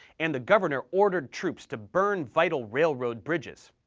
and the governor ordered troops to burn vital railroad bridges.